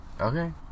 Okay